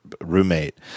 roommate